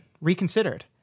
reconsidered